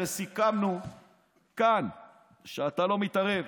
הרי סיכמנו כאן שאתה לא מתערב,